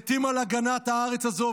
מתים על הגנת הארץ הזו,